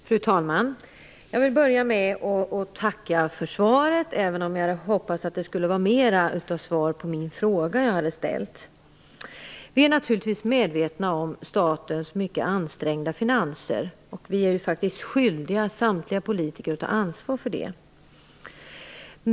Fru talman! Jag vill börja med att tacka för svaret, även om jag hade hoppats att det skulle vara mer svar på den fråga jag hade ställt. Vi är naturligtvis medvetna om statens mycket ansträngda finanser, och vi är faktiskt skyldiga, samtliga politiker, att ta ansvar för dem.